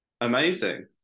Amazing